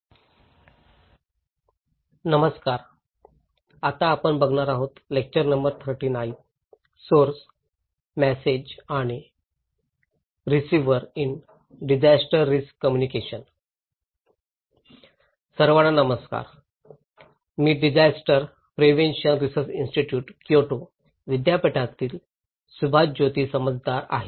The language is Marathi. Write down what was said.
सर्वांनानमस्कार मी disaster prevention research institute Kyoto विद्यापीठातील सुभाज्योती समद्दार आहे